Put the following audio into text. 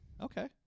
Okay